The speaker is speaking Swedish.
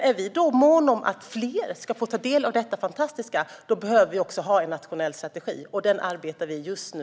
Är vi måna om att fler ska få ta del av detta fantastiska behöver vi ha en nationell strategi, och den arbetar vi på just nu.